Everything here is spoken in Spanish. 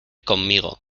conmigo